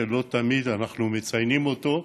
שלא תמיד אנחנו מציינים אותו,